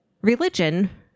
Religion